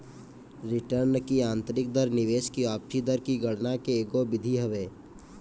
return की आतंरिक दर निवेश की वापसी दर की गणना के एगो विधि हवे